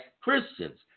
Christians